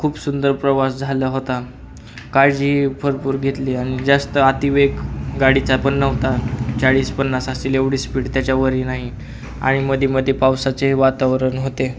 खूप सुंदर प्रवास झाला होता काळजी भरपूर घेतली आणि जास्त अतिवेग गाडीचा पण नव्हता चाळीस पन्नास असेल एवढी स्पीड त्याच्यावरही नाही आणि मध्ये मध्ये पावसाचे वातावरण होते